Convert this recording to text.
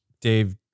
Dave